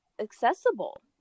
accessible